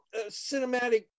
cinematic